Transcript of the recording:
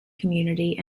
community